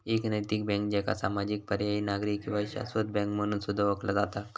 एक नैतिक बँक, ज्याका सामाजिक, पर्यायी, नागरी किंवा शाश्वत बँक म्हणून सुद्धा ओळखला जाता